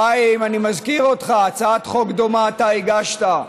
חיים, אני מזכיר אותך, הצעת חוק דומה אתה הגשת,